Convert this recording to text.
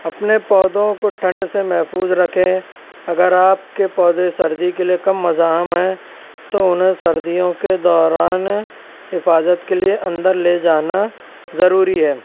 اپنے پودوں کو ٹھنڈ سے محفوظ رکھیں اگر آپ کے پودے سردی کے لیے کم مزاحم ہیں تو انہیں سردیوں کے دوران حفاظت کے لیے اندر لے جانا ضروری ہے